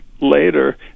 later